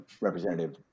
Representative